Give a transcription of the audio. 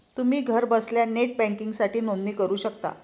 तुम्ही घरबसल्या नेट बँकिंगसाठी नोंदणी करू शकता